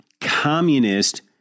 communist